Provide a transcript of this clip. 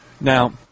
Now